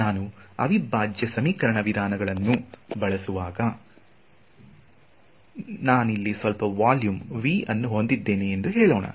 ನಾನು ಅವಿಭಾಜ್ಯ ಸಮೀಕರಣ ವಿಧಾನಗಳನ್ನು ಬಳಸುವಾಗ ನಾನು ಇಲ್ಲಿ ಸ್ವಲ್ಪ ವೊಲ್ಯೂಮ್ V ಅನ್ನು ಹೊಂದಿದ್ದೇನೆ ಎಂದು ಹೇಳೋಣ